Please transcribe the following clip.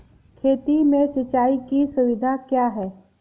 खेती में सिंचाई की सुविधा क्या है?